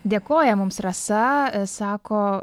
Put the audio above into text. dėkoja mums rasa sako